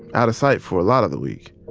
out of sight for a lot of the week.